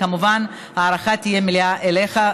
כמובן ההערכה תהיה מלאה אליך,